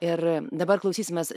ir dabar klausysimės